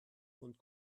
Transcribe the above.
und